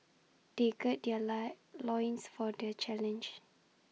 they gird their lie loins for the challenge